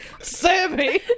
Sammy